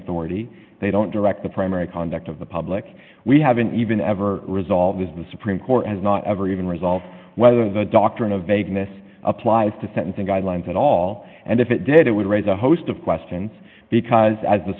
authority they don't direct the primary conduct of the public we haven't even ever resolved is the supreme court has not ever even resolved whether the doctrine of vagueness applies to sentencing guidelines at all and if it did it would raise a host of questions because as the